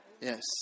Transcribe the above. Yes